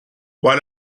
why